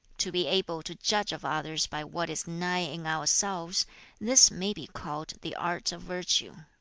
to be able to judge of others by what is nigh in ourselves this may be called the art of virtue